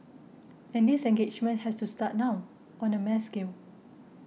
and this engagement has to start now on the mass scale